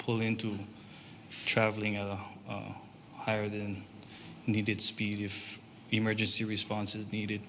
pull into traveling at a higher than needed speed if emergency response is needed